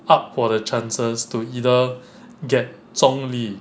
up 我的 the chances to either get zhong li